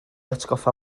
atgoffa